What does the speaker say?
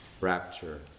rapture